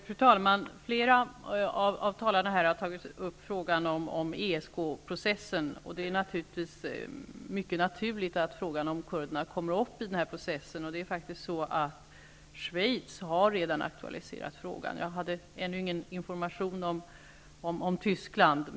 Fru talman! Flera av talarna har tagit upp frågan om ESK-processen. Och det är mycket naturligt att frågan om kurderna kommer upp i denna process. Schweiz har redan aktualiserat frågan. Jag hade ännu ingen information om Tyskland.